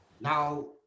Now